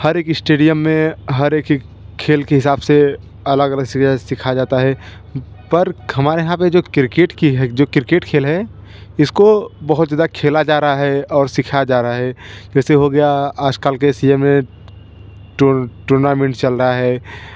हर एक ईश्टेडियम में हर एक खेल के हिसाब से अलग अलग से सिखाया जाता है पर हमारे यहाँ पर जो किर्केट की है जो किर्केट खेल है इसको बहुत ज़्यादा खेला जा रहा है और सिखाया जा रहा है जैसे हो गया आज काल के सी एम ए टूर्नामेंट चल रहा है